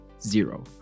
zero